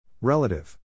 Relative